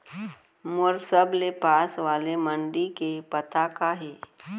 मोर सबले पास वाले मण्डी के पता का हे?